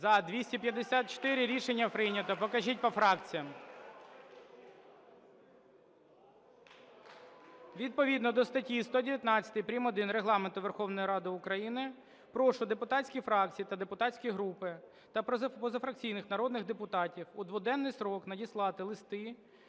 За-254 Рішення прийнято. Покажіть по фракціях. Відповідно до статті 119 прим. 1 Регламенту Верховної Ради України прошу депутатські фракції та депутатські групи та позафракційних народних депутатів у дводенний строк надіслати листи